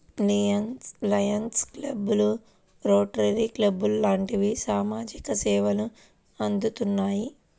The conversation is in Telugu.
లయన్స్ క్లబ్బు, రోటరీ క్లబ్బు లాంటివి సామాజిక సేవలు అందిత్తున్నాయి